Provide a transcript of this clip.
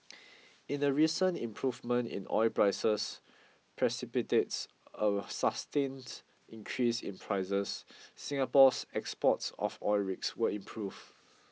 in the recent improvement in oil prices precipitates a sustained increase in prices Singapore's exports of oil rigs will improve